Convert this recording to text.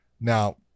Now